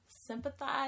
sympathize